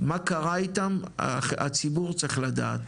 מה קרה איתם, הציבור צריך לדעת